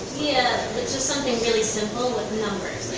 yeah. but just something really simple with numbers,